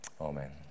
Amen